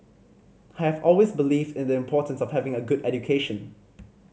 I have always believed in the importance of having a good education